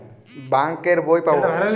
Bank এর বই পাবো?